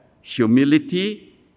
humility